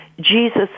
Jesus